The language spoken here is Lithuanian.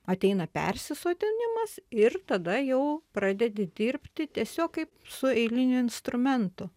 ateina persisotinimas ir tada jau pradedi dirbti tiesiog kaip su eiliniu instrumentu